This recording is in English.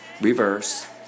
Reverse